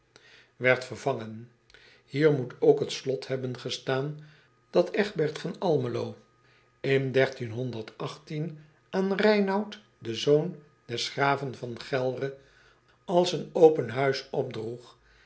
werd vervangen ier moet ook het slot hebben gestaan dat gbert van lmelo in aan einoud den zoon des graven van elre als een open huis opdroeg